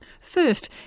First